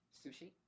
sushi